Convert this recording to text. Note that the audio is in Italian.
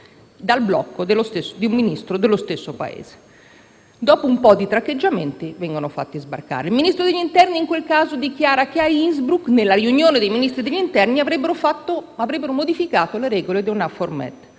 dal blocco di un Ministro dello stesso Paese. Dopo un po' di traccheggiamenti i migranti vengono fatti sbarcare. Il Ministro dell'interno in quel caso dichiara che a Innsbruck, nella riunione dei Ministri dell'interno, avrebbero modificato le regole di EUNAVFOR